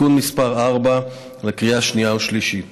(תיקון מס' 4), לקריאה שנייה ושלישית.